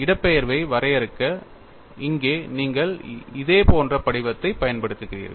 இடப்பெயர்வை வரையறுக்க இங்கே நீங்கள் இதே போன்ற படிவத்தைப் பயன்படுத்துகிறீர்கள்